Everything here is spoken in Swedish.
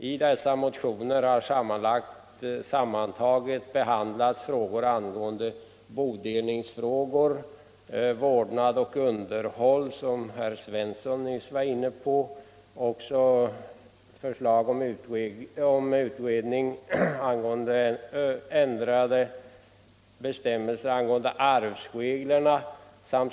I dessa motioner har behandlats frågor angående bodelning, vårdnad och underhåll — som herr Svensson i Malmö nyss var inne på —- och förslag om utredning angående ändrade arvsregler.